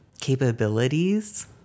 capabilities